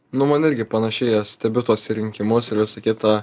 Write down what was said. nu man irgi panašiai aš stebiu tuos rinkimus ir visa kita